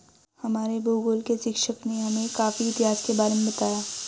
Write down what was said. हमारे भूगोल के शिक्षक ने हमें एक कॉफी इतिहास के बारे में बताया